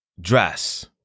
dress